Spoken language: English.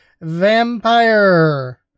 vampire